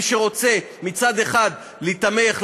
מי שרוצה מצד אחד להיתמך,